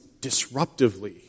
disruptively